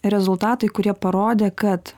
rezultatai kurie parodė kad